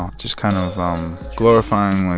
um just kind of um glorifying, like